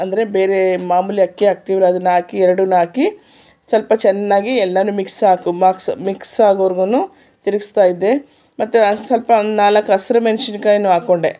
ಅಂದರೆ ಬೇರೆ ಮಾಮೂಲಿ ಅಕ್ಕಿ ಹಾಕ್ತೀವ್ರಿ ಅದನ್ನ ಹಾಕಿ ಎರಡೂನು ಹಾಕಿ ಸ್ವಲ್ಪ ಚೆನ್ನಾಗಿ ಎಲ್ಲನೂ ಮಿಕ್ಸ್ ಹಾಕು ಮಾಕ್ಸ್ ಮಿಕ್ಸ್ ಆಗೋವರೆಗೂ ತಿರ್ಗಿಸ್ತಾ ಇದ್ದೆ ಮತ್ತೆ ಅದು ಸ್ವಲ್ಪ ಒಂದು ನಾಲ್ಕು ಹಸಿರು ಮೆಣಸಿನ್ಕಾಯಿನೂ ಹಾಕ್ಕೊಂಡೆ